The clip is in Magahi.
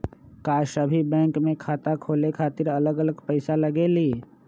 का सभी बैंक में खाता खोले खातीर अलग अलग पैसा लगेलि?